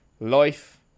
life